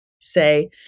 say